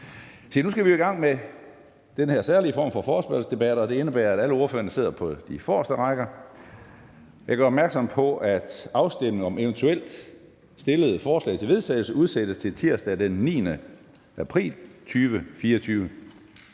Nu skal vi jo i gang med den her særlige form for forespørgselsdebat, og det indebærer, at alle ordførerne sidder på de forreste rækker. Jeg gør opmærksom på, at afstemningen om eventuelle stillede forslag til vedtagelse udsættes til tirsdag den 9. april 2024.